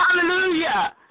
Hallelujah